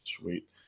sweet